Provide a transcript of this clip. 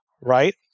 Right